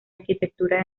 arquitectura